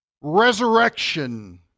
resurrection